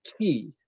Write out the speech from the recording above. key